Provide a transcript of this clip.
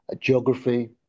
geography